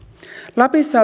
lapissa